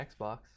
Xbox